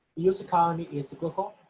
us economy is cyclical,